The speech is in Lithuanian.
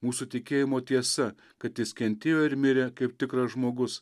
mūsų tikėjimo tiesa kad jis kentėjo ir mirė kaip tikras žmogus